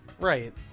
right